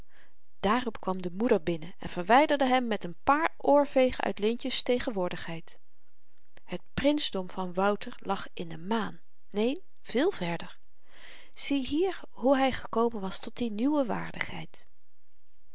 daarop kwam de moeder binnen en verwyderde hem met n paar oorvegen uit leentje's tegenwoordigheid het prinsdom van wouter lag in de maan neen veel verder ziehier hoe hy gekomen was tot die nieuwe waardigheid